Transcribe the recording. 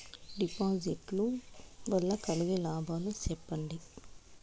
డిపాజిట్లు లు వల్ల కలిగే లాభాలు సెప్పండి?